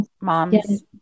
moms